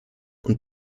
und